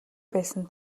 байсан